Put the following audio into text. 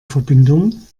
verbindung